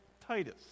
Titus